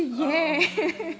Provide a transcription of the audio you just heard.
oh man